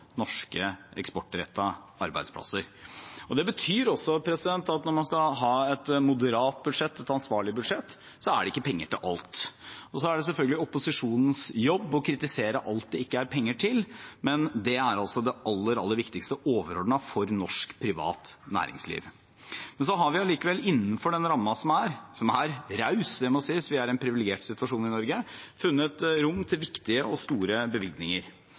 norske eksportrettede arbeidsplasser. Det betyr også at når man skal ha et moderat budsjett, et ansvarlig budsjett, er det ikke penger til alt. Så er det selvfølgelig opposisjonens jobb å kritisere alt det ikke er penger til, men det er altså det aller, aller viktigste overordnet for norsk privat næringsliv. Så har vi allikevel, innenfor den rammen som er – som er raus, det må sies; vi er i en privilegert situasjon i Norge – funnet rom for viktige og store bevilgninger.